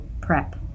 prep